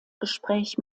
gespräch